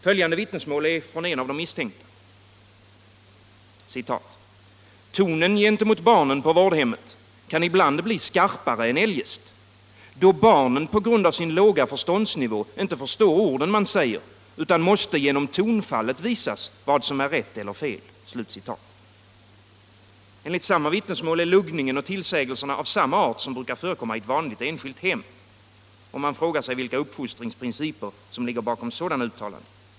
Följande vittnesmål är från en av de misstänkta: ”Tonen gentemot barnen på vårdhemmet kan ibland bli skarpare än eljest då barnen på grund av sin låga förståndsnivå inte förstår orden man säger utan måste genom tonfallet visas vad som är rätt eller fel.” Enligt samma vittnesmål är luggningen och tillsägelserna av samma art som brukar förekomma i ett vanligt enskilt hem. Man frågar sig vilka uppfostringsprinciper som ligger bakom sådana uttalanden.